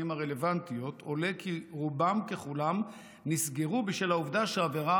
הרלוונטיות עולה כי רובם ככולם נסגרו בשל העובדה שהעבירה